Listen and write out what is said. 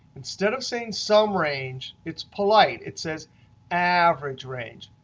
instead of saying sum range, it's polite. it says average range.